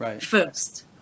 first